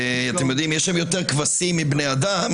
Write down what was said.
יש שם יותר כבשים מבני אדם.